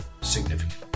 significant